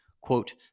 Quote